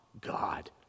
God